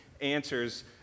answers